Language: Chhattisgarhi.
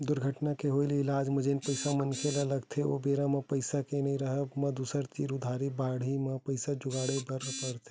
दुरघटना के होय ले इलाज म जेन पइसा मनखे ल लगथे ओ बेरा म पइसा के नइ राहब म दूसर तीर उधारी बाड़ही म पइसा जुगाड़े बर परथे